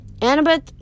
Annabeth